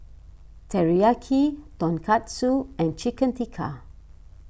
Teriyaki Tonkatsu and Chicken Tikka